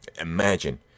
Imagine